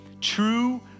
True